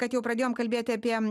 kad jau pradėjom kalbėti apie